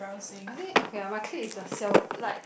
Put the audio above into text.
I think okay lah my clique is the siao like